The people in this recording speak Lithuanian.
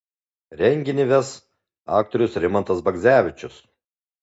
renginį ves aktorius rimantas bagdzevičius